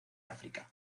áfrica